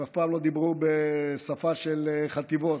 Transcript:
הם אף פעם לא דיברו בשפה של חטיבות.